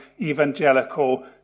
evangelical